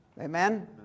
Amen